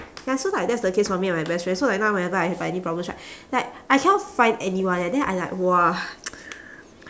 ya so like that's the case for me and my best friend so like now whenever I have any problems right like I cannot find anyone eh then I like !wah!